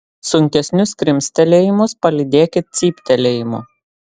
sunkesnius krimstelėjimus palydėkit cyptelėjimu